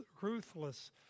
ruthless